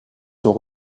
sont